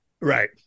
Right